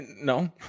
no